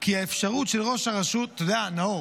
כי האפשרות של ראש הרשות, אתה יודע, נאור,